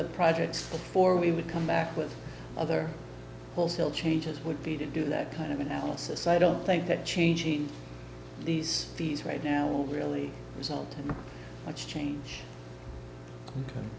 the projects for we would come back with other wholesale changes would be to do that kind of analysis i don't think that changing these fees right now will really result in a change